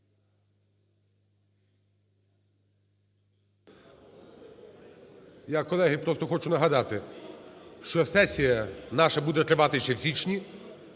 Я, колеги, просто хочу нагадати, що сесія наша буде тривати ще в січні,